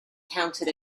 counted